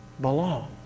belong